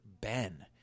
Ben